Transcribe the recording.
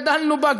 גדלנו בה,